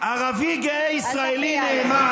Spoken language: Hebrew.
ערבי גאה וישראלי נאמן,